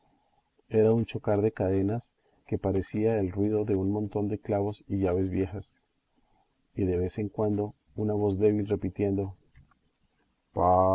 era un chocar de cadenas que parecía el ruido de un montón de clavos y llaves viejas y de vez en cuando una voz débil repitiendo